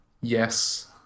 Yes